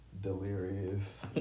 Delirious